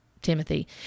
Timothy